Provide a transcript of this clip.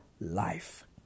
life